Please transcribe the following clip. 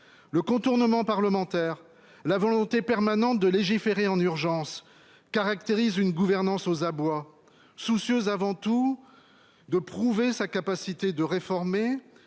le contournement parlementaire, la volonté permanente de légiférer en urgence sont des signes qui caractérisent une gouvernance aux abois, soucieuse avant tout de prouver sa capacité à réformer